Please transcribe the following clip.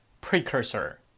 Precursor